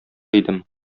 идем